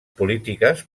polítiques